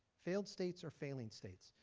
failed states or failing states?